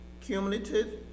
cumulative